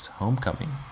homecoming